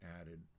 added